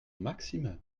maximum